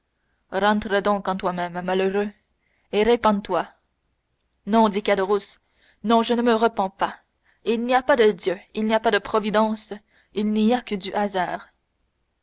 donc en toi-même malheureux et repens-toi non dit caderousse non je ne me repens pas il n'y a pas de dieu il n'y a pas de providence il n'y a que du hasard